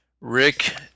Rick